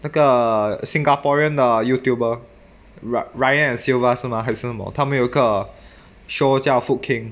那个 singaporean 的 YouTube ry~ ryan and sylvia 是吗还是什么他们有一个 show 叫 food king